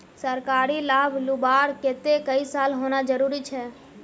सरकारी लाभ लुबार केते कई साल होना जरूरी छे?